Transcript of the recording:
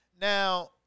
Now